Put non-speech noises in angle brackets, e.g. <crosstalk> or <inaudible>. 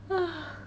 <noise>